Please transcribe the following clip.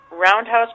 Roundhouse